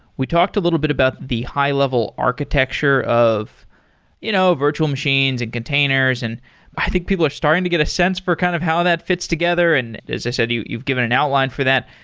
we talked a little bit about the high-level architecture of you know virtual machines and containers and i think people are starting to get a sense for kind of how that fits together. and as i said, you've given an outline for that.